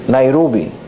Nairobi